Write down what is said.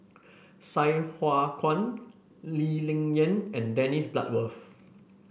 Sai Hua Kuan Lee Ling Yen and Dennis Bloodworth